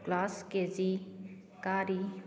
class ꯀꯦꯖꯤ ꯀꯥꯔꯤ